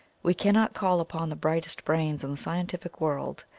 we cannot call upon the brightest brains in the scientific world,